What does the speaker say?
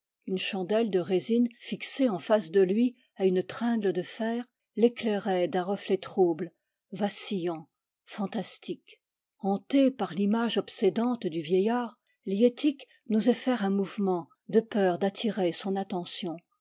une chandelle de résine fixée en face de lui à une tringle de fer l'éclairait d'un reflet trouble vacillant fantastique hantée par l'image obsédante du vieillard liettik n'osait faire un mouvement de peur d'attirer son attention